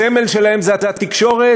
הסמל שלהם זה התקשורת,